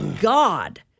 God